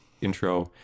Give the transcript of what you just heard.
intro